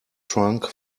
trunk